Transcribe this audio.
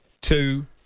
two